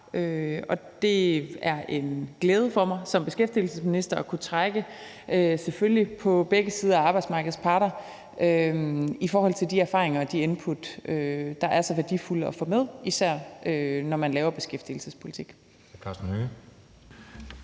Det er en glæde for mig som beskæftigelsesminister selvfølgelig at kunne trække på begge sider af arbejdsmarkedets parter i forhold til de erfaringer og de input, der er så værdifulde at få med, især når man laver beskæftigelsespolitik.